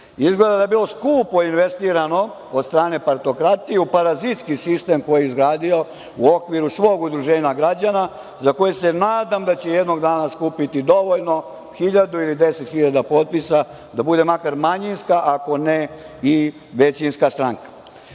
novac. Izgleda je bilo skupo investirano od strane partokratije u parazitski sistem koji je izgradio u okviru svog udruženja građana, za koje se nadam da će jednog dana skupiti dovoljno, hiljadu ili deset hiljada potpisa, da bude makar manjinska, ako ne i većinska stranka. Što